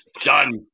Done